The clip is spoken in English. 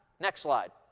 next slide